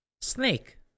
snake